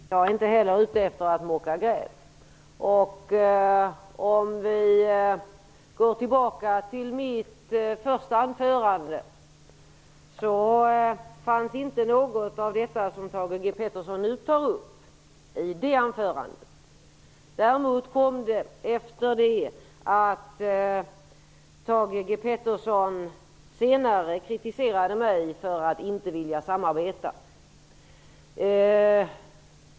Herr talman! Jag är inte heller ute efter att mocka gräl. Om vi går tillbaka till mitt första anförande fanns inte något av det som Thage G Peterson nu tar upp med där. Det kom däremot upp efter det att Thage G Peterson senare kritiserade mig för att inte vilja samarbeta.